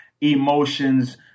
emotions